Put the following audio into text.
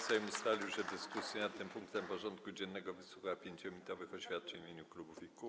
Sejm ustalił, że w dyskusji nad tym punktem porządku dziennego wysłucha 5-minutowych oświadczeń w imieniu klubów i kół.